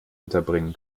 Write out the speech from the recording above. unterbringen